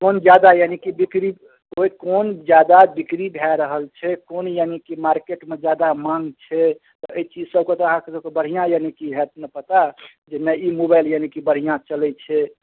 कोन ज्यादा यानि कि बिक्री होइत कोन ज्यादा बिक्री भए रहल छै कोन यानि कि मार्केटमे जादा माँग छै तऽ एहि चीज सभकऽ तऽ अहाँ सभकऽ बढ़िआँ यानि कि होयत नहि पता जे नहि ई मोबाइल यानि कि बढ़िआँ चलैत छै